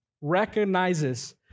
recognizes